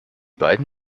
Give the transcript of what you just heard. beiden